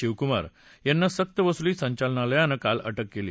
शिवकुमार यांना सक्तवसुली संचालनालयानं काल अटक केली